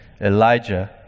Elijah